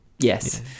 Yes